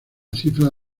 cifra